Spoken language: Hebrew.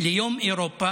ביום אירופה,